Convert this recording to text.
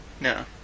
No